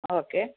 okay